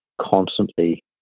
constantly